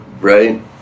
right